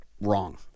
wrong